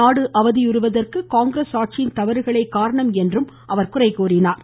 நாடு அவதியுறுவதற்கு காங்கிரஸ் ஆட்சியின் தவறுகளே காரணம் என்றும் அவர் குறைகூறினார்